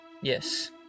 Yes